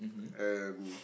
and